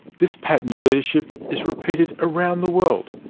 this pattern of leadership is repeated around the world.